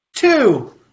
two